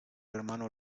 hermano